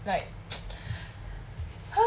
like